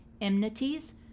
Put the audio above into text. enmities